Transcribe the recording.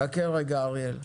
חכה רגע, אריאל.